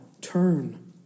turn